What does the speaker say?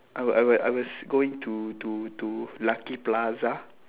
I wa~ I wa~ I was going to to to lucky plaza